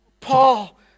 Paul